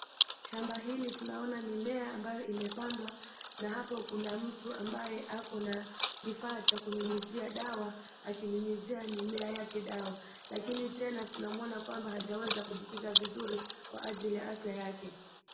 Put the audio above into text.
Shamba hili tunaona mimea ambayo imepandwa na hapo kuna mtu ambaye ako na kifaa cha kunyunyiza dawa, akinyunyizia mimea yake dawa, lakini tena tunamwona kwamba hajaweza kujikinga vizuri kwa ajili ya afya yake.